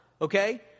okay